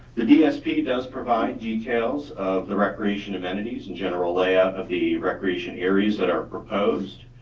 the dsp does provide details of the recreation of entities and general layout of the recreation areas that are proposed.